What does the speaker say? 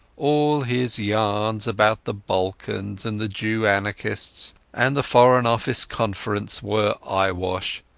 all his yarns about the balkans and the jew-anarchists and the foreign office conference were eyewash,